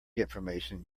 information